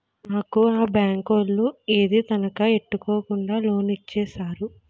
మాకు ఆ బేంకోలు ఏదీ తనఖా ఎట్టుకోకుండా లోనిచ్చేరు